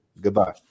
goodbye